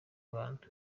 rwanda